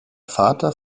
vater